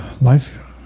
life